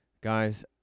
Guys